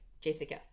Jessica